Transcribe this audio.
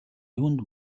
юунд